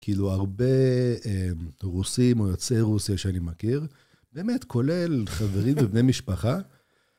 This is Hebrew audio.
כאילו, הרבה רוסים או יצאי רוסיה שאני מכיר, באמת, כולל חברים ובני משפחה.